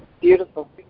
Beautiful